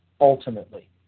ultimately